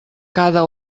cada